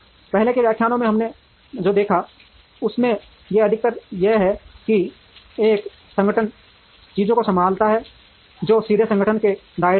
पहले के व्याख्यानों में हमने जो देखा उसमें से अधिकतर यह है कि कैसे एक संगठन चीजों को संभालता है जो सीधे संगठन के दायरे में हैं